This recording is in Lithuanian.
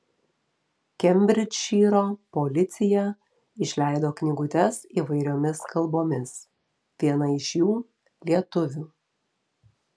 kembridžšyro policija išleido knygutes įvairiomis kalbomis viena iš jų lietuvių